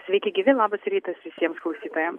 sveiki gyvi labas rytas visiems klausytojams